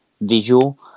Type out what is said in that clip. visual